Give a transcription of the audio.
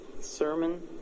Sermon